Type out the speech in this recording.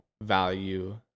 value